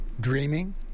dreaming